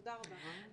תודה רבה.